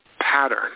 pattern